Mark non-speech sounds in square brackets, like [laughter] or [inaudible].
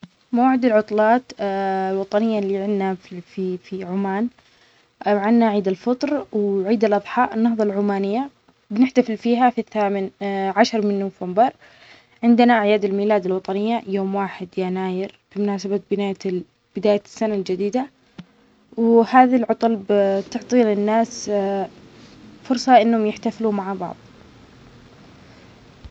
موعد العطلات [hesitation] الوطنية اللى عندنا في-في عمان، [hesitation] عندنا عيد الفطر وعيد الأضحى النهضة العمانية بنحتفل فيها في الثامن عشر من نوفمبر، عندنا أعياد الميلاد الوطية يوم واحد يناير بمناسبة بناية ال-بداية السنة الجديدة، وهذه العطل بتعطى للناس [hesitation] فرصة أنهم يحتفلوا مع بعض.